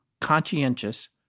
conscientious